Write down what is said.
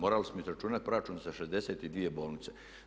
Morali smo izračunati proračun sa 62 bolnice.